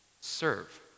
serve